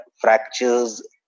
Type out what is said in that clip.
fractures